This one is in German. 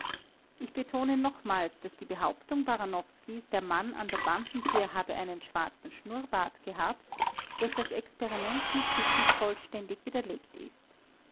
ich betone nochmals daß die behauptung baranowskis der mann an der bandentür habe einen schwarzen schnurrbart gehabt durch das experiment mit hickel vollständig widerlegt ist